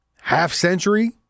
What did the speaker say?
half-century